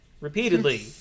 Repeatedly